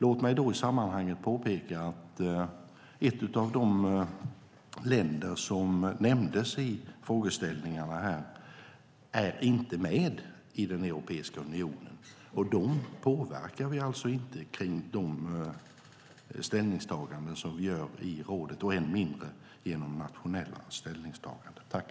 Låt mig påpeka att ett av de länder som nämndes i frågeställningarna här inte är med i Europeiska unionen, och vi påverkar alltså inte dem genom de ställningstaganden som vi gör i rådet och än mindre genom nationella ställningstaganden.